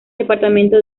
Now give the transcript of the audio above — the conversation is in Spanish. departamento